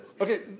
Okay